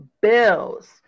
Bills